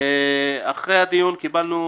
אחרי הדיון,